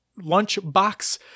Lunchbox